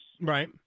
right